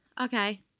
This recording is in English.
Okay